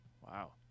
Wow